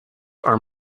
are